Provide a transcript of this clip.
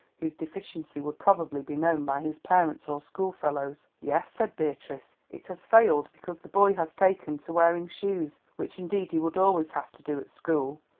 whose deficiency would probably be known by his parents, or schoolfellows. yes, said beatrice, it has failed because the boy has taken to wearing shoes which indeed he would always have to do at school.